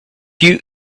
you